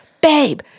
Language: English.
babe